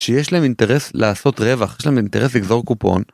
שיש להם אינטרס לעשות רווח, יש להם אינטרס לגזור קופון